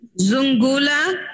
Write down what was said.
Zungula